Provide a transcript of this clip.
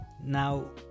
Now